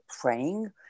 praying